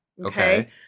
Okay